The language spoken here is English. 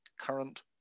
current